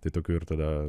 tai tokių ir tada